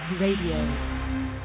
Radio